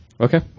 Okay